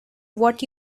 what